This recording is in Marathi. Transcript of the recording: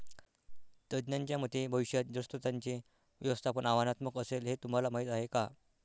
तज्ज्ञांच्या मते भविष्यात जलस्रोतांचे व्यवस्थापन आव्हानात्मक असेल, हे तुम्हाला माहीत आहे का?